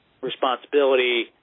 responsibility